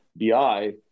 BI